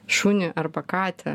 šunį arba katę